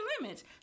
limits